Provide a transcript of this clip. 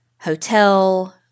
hotel